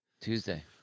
Tuesday